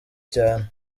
cyane